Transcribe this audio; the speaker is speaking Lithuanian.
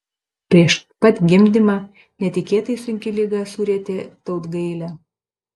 prieš pat gimdymą netikėtai sunki liga surietė tautgailę